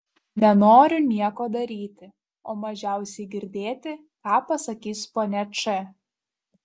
nenoriu nieko daryti o mažiausiai girdėti ką pasakys ponia č